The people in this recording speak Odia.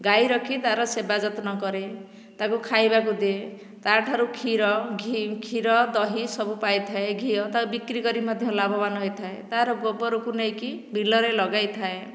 ଗାଈ ରଖି ତାର ସେବା ଯତ୍ନ କରେ ତାକୁ ଖାଇବାକୁ ଦିଏ ତାଠାରୁ କ୍ଷୀର କ୍ଷୀର ଦହି ସବୁ ପାଇଥାଏ ଘିଅ ତାକୁ ବିକ୍ରି କରି ମଧ୍ୟ ଲାଭବାନ ହୋଇଥାଏ ତା'ର ଗୋବର କୁ ନେଇକି ବିଲରେ ଲଗାଇଥାଏ